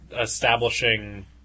establishing